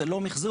זה לא מחזור.